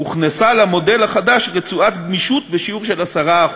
הוכנסה למודל החדש רצועת גמישות בשיעור של 10%,